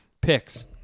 Picks